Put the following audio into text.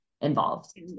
involved